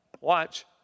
Watch